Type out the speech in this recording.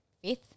Fifth